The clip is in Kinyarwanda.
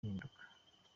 gihinduka